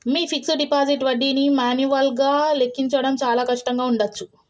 మీ fixed deposit వడ్డీని మాన్యువల్గా లెక్కించడం చాలా కష్టంగా ఉండచ్చు